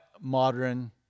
modern